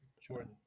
Jordan